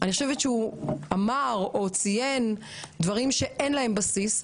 אני חושבת שהוא אמר או ציין דברים שאין להם בסיס.